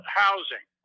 housing